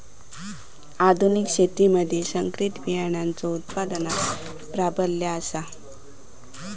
आधुनिक शेतीमधि संकरित बियाणांचो उत्पादनाचो प्राबल्य आसा